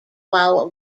while